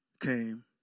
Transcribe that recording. came